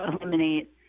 eliminate